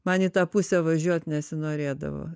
man į tą pusę važiuot nesinorėdavo